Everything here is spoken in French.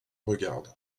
regarde